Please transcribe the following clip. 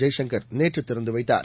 ஜெய்சங்கர் நேற்று திறந்து வைத்தார்